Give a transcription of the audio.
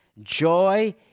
Joy